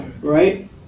Right